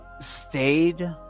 ...stayed